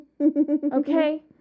okay